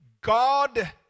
God